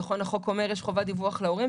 נכון החוק אומר יש חובת דיווח להורים?